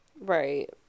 Right